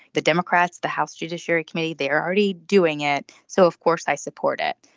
the democrats the house judiciary committee they're already doing it. so of course i support it.